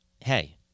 hey